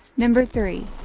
number three.